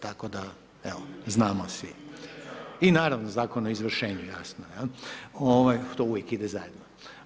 Tako da evo, znamo svi i naravno Zakona o izvršenju, to uvijek ide zajedno.